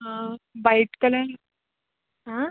ఆ white colour ఆ